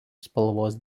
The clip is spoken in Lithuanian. spalvos